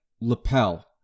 lapel